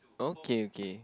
okay okay